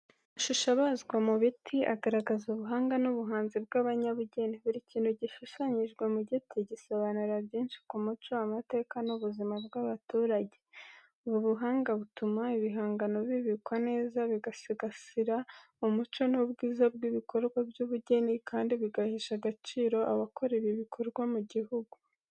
Amashusho abazwa mu biti, agaragaza ubuhanga n’ubuhanzi bw’abanyabugeni. Buri kintu gishushanyijwe mu giti gisobanura byinshi ku muco, amateka n’ubuzima bw’abaturage. Ubu buhanga butuma ibihangano bibikwa neza, bigasigasira umuco n’ubwiza bw’ibikorwa by’ubugeni, kandi bigahesha agaciro abakora ibi bikorwa mu gihugu.